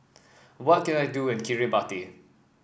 what can I do in Kiribati